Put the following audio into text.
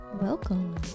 Welcome